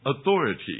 authority